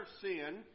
sin